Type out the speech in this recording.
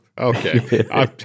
okay